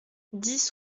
dix